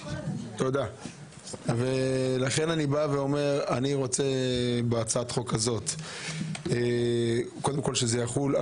אני רוצה בהצעת החוק הזו שזה יחול,